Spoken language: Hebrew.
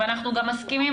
ואנחנו גם מסכימים,